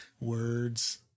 Words